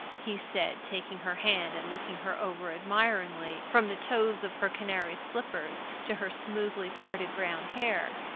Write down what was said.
he said, taking her hand and looking her over admiringly from the toes of her canary slippers to her smoothly parted brown hair.